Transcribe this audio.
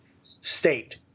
state